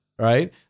right